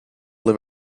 live